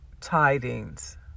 tidings